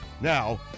Now